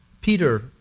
Peter